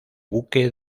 buque